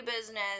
business